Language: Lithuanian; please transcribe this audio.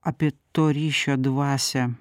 apie to ryšio dvasią